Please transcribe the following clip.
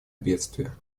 бедствия